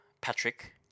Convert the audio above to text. Patrick